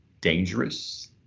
dangerous